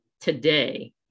today